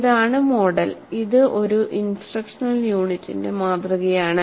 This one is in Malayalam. ഇതാണ് മോഡൽ ഇത് ഒരു ഇൻസ്ട്രക്ഷണൽ യൂണിറ്റിന്റെ മാതൃകയാണ്